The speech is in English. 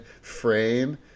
frame